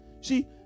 see